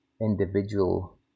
individual